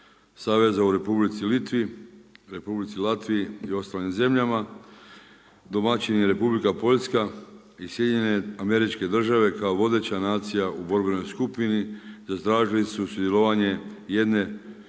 saveza u Republici Litvi, Republici Latviji i ostalim zemljama. Domaćin je Republika Poljska i SAD kao vodeća nacija u vodećoj skupini, zatražili su sudjelovanje jedne